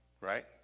Right